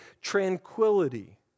tranquility